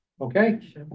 Okay